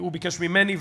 הוא ביקש ממני,